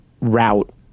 route